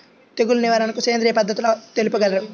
తెగులు నివారణకు సేంద్రియ పద్ధతులు తెలుపగలరు?